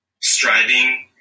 striving